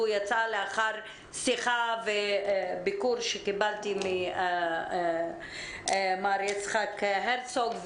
יצאה לאחר שיחה וביקור שקיבלתי ממר יצחק הרצוג,